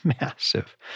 massive